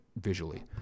visually